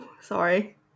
Sorry